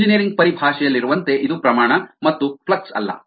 engineering ಪರಿಭಾಷೆಯಲ್ಲಿರುವಂತೆ ಇದು ಪ್ರಮಾಣ ದ ಮತ್ತು ಫ್ಲಕ್ಸ್ ಅಲ್ಲ